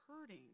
hurting